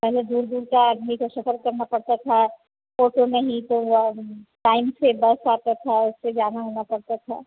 पहले दूर दूर का आदमी को सफ़र करना पड़ता था ओटो नहीं तो वह टाइम से बस आता था उससे जाना ओना पड़ता था